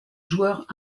joueurs